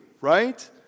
right